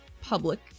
public